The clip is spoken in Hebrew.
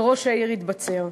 וראש העיר התבצר.